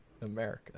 America